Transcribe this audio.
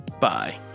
Bye